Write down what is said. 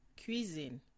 cuisine